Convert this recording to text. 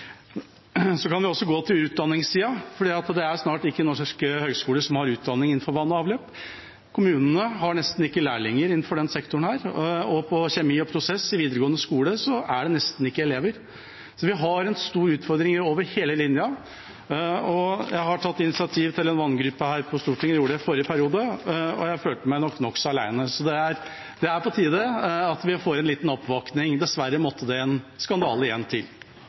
Så vi har en stor utfordring over hele linja. Jeg har tatt initiativ til en vanngruppe her på Stortinget, jeg gjorde det i forrige periode, og jeg følte meg nok nokså aleine. Så det er på tide at vi får en liten oppvåkning. Dessverre måtte det igjen en skandale til.